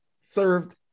served